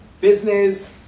business